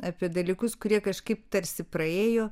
apie dalykus kurie kažkaip tarsi praėjo